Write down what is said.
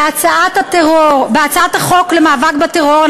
בהצעת חוק המאבק בטרור,